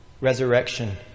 Resurrection